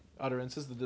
utterances